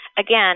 Again